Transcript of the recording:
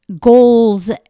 goals